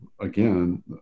again